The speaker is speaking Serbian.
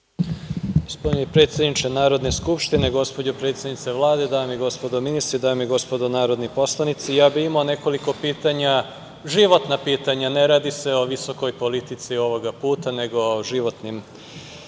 predsedniče Narodne skupštine, gospođo predsednice Vlade, dame i gospodo ministri, dame i gospodo narodni poslanici, ja bi imao nekoliko pitanja, životna pitanja, ne radi se o visokoj politici ovog puta, nego o životnim